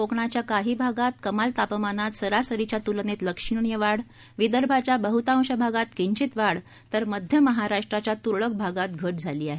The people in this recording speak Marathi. कोकणाच्या काही भागात कमाल तापमानात सरासरीच्या त्लनेत लक्षणीय वाढ विदर्भाच्या बहतांश भागात किंचित वाढ तर मध्य महाराष्ट्राच्या त्रळक भागात घट झाली आहे